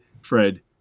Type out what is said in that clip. Fred